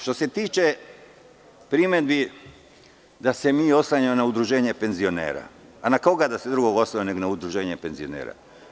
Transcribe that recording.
Što se tiče primedbi da se mi oslanjamo na udruženje penzionera, a na koga drugog da se oslanjamo, nego na udruženje penzionera.